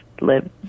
live